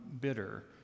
bitter